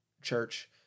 church